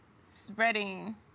spreading